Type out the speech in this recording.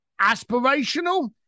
aspirational